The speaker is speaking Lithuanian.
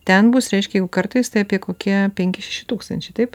ten bus reiškia jeigu kartais tai apie kokie penki šeši tūkstančiai taip